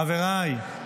חבריי,